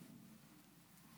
תודה, אדוני היושב-ראש.